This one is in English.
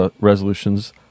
resolutions